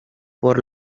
por